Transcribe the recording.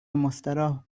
مستراح